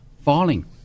Falling